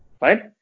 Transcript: right